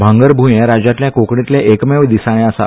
भागरभूंय हे राज्यातले कोंकणींतले एकमेव दिसाळें आसा